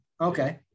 okay